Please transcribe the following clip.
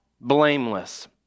blameless